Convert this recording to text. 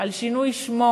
על שינוי שמו